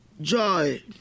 joy